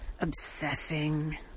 obsessing